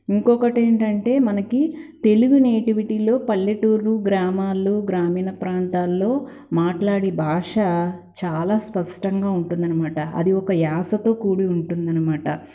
ఇంకొకటేంటంటే మనకి తెలుగు నేటివిటీలో పల్లెటూరు గ్రామాల్లో గ్రామీణ ప్రాంతాల్లో మాట్లాడే భాష చాలా స్పష్టంగా ఉంటుందనమాట అది ఒక యాసతో కూడి ఉంటుందనమాట